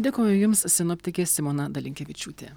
dėkoju jums sinoptikė simona dalinkevičiūtė